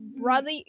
brother